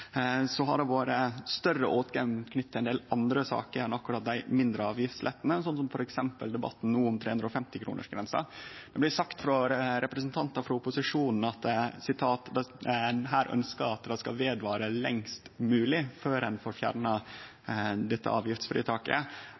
har vore større åtgaum knytt til ein del andre saker enn akkurat dei mindre avgiftslettane, som f.eks. debatten no om 350-kronersgrensa. Det blir sagt av representantane frå opposisjonen at ein ynskjer at det skal vare lengst mogeleg før ein får fjerna dette avgiftsfritaket.